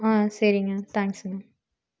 சரிங்க தேங்க்ஸ்ங்க